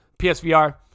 PSVR